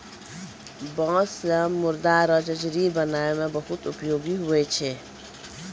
बाँस से मुर्दा रो चचरी बनाय मे बहुत उपयोगी हुवै छै